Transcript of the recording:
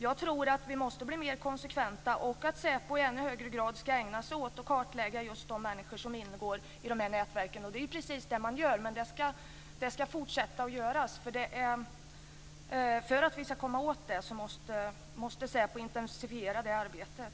Jag tror att vi måste bli mer konsekventa och att SÄPO i ännu högre grad ska ägna sig åt att kartlägga de människor som ingår i nätverken. Det är precis det som görs. Det ska fortsätta att göras. För att vi ska komma åt dem måste SÄPO intensifiera arbetet.